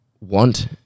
want